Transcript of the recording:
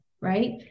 right